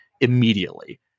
immediately